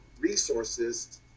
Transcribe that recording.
resources